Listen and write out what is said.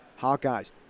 Hawkeyes